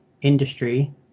industry